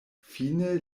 fine